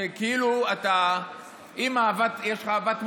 כאילו אם יש לך אהבת מולדת,